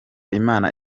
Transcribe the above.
imana